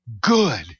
good